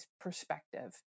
perspective